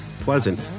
pleasant